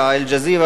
"אל-ג'זירה",